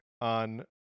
on